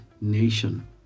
nation